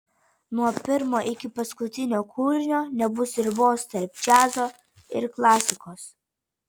nuo pirmo iki paskutinio kūrinio nebus ribos tarp džiazo ir klasikos